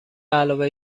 علاوه